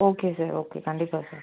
okay sir okay கண்டிப்பாக sir